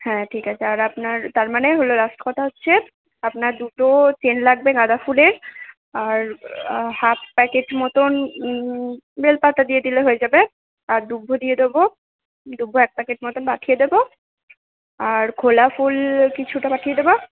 হ্যাঁ ঠিক আছে আর আপনার তার মানে হল লাস্ট কথা হচ্ছে আপনার দুটো চেন লাগবে গাঁদাফুলের আর হাফ প্যাকেট মতোন হুম বেলপাতা দিয়ে দিলে হয়ে যাবে আর দুব্বো দিয়ে দেবো দুব্বো এক প্যাকেট মতন মতো পাঠিয়ে দেবো আর খোলা ফুল কিছুটা পাঠিয়ে দেবো